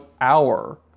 hour